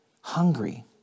hungry